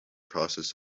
process